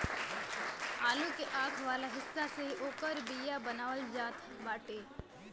आलू के आंख वाला हिस्सा से ही ओकर बिया बनावल जात बाटे